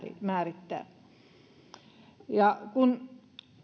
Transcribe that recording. määrittää kun